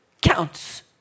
counts